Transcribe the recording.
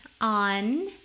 on